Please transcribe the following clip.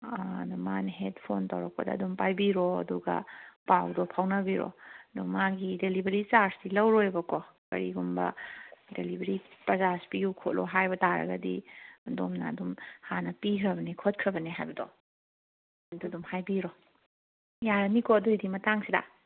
ꯃꯥꯅ ꯍꯦꯛ ꯐꯣꯟ ꯇꯧꯔꯛꯄꯗ ꯑꯗꯨꯝ ꯄꯥꯏꯕꯤꯔꯣ ꯑꯗꯨꯒ ꯄꯥꯎꯗꯣ ꯐꯥꯎꯅꯕꯤꯔꯣ ꯑꯗꯨ ꯃꯥꯒꯤ ꯗꯤꯂꯤꯕꯔꯤ ꯆꯥꯔ꯭ꯖꯇꯤ ꯂꯧꯔꯣꯏꯌꯦꯕꯀꯣ ꯀꯔꯤꯒꯨꯝꯕ ꯗꯦꯂꯤꯕꯔꯤ ꯆꯥꯔꯖ ꯄꯤꯌꯨ ꯈꯣꯠꯂꯨ ꯍꯥꯏꯕ ꯇꯥꯔꯒꯗꯤ ꯑꯗꯣꯝꯅ ꯑꯗꯨꯝ ꯍꯥꯟꯅ ꯄꯤꯈ꯭ꯔꯕꯅꯤ ꯈꯣꯠꯈ꯭ꯔꯕꯅꯤ ꯍꯥꯏꯕꯗꯣ ꯑꯗꯨ ꯑꯗꯨꯝ ꯍꯥꯏꯕꯤꯔꯣ ꯌꯥꯔꯅꯤꯀꯣ ꯑꯗꯨ ꯑꯣꯏꯔꯗꯤ ꯃꯇꯥꯡꯁꯤꯗ